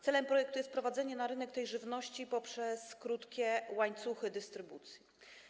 Celem projektu jest wprowadzenie na rynek tej żywności poprzez krótkie łańcuchy dystrybucji.